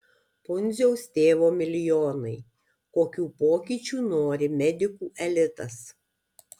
pundziaus tėvo milijonai kokių pokyčių nori medikų elitas